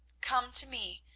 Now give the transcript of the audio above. come to me,